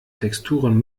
texturen